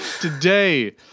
Today